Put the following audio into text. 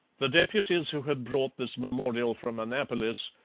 the deputies who had brought this memorial from annapolis,